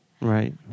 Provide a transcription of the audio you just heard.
Right